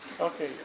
Okay